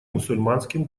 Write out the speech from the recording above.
мусульманским